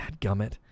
Dadgummit